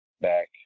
back